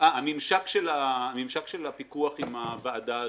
הממשק של הפיקוח עם הוועדה הזאת.